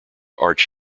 arch